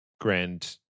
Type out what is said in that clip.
grand